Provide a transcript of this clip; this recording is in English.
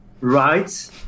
right